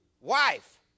wife